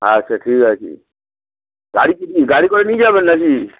আচ্ছা ঠিক আছে গাড়ি গাড়ি করে নিয়ে যাবেন নাকি